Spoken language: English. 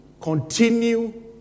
continue